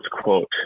quote